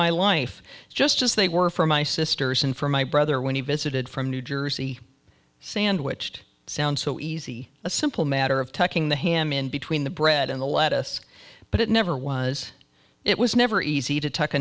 my life just as they were for my sisters and for my brother when he visited from new jersey sandwiched sounds so easy a simple matter of tucking the ham in between the bread and the lettuce but it never was it was never easy to t